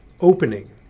opening